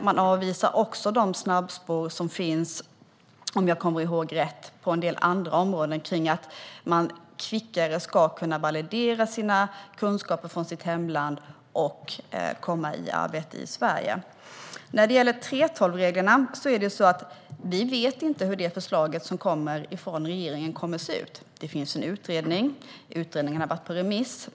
Man avvisar också de snabbspår som finns, om jag kommer ihåg rätt, på en del andra områden för att människor kvickare ska kunna validera sina kunskaper från sitt hemland och komma i arbete i Sverige. När det gäller 3:12-reglerna vet vi inte hur det förslag som kommer från regeringen kommer att se ut. Det finns en utredning. Utredningen har varit på remiss.